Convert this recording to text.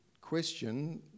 question